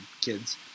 kids